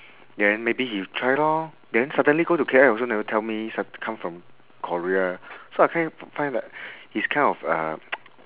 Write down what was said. then maybe he try lor then suddenly go to K_L also never tell me su~ come from korea so I kind find that he's kind of uh